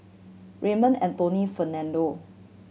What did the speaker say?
Raymond Anthony Fernando